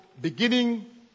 beginning